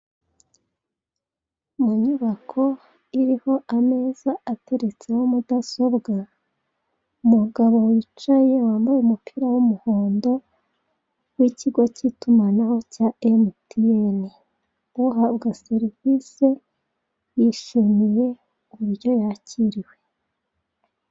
Mu nyubako irimo ameza ateretseho mudasobwa. Umugabo wicaye wambaye umupira w'umuhondo w'ikigo cy'itumanaho cya emutiyeni; uhabwa serivise yishimiye uburyo yakiriwe.